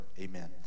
Amen